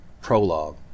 Prologue